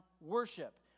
worship